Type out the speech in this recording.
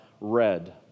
read